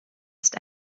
ist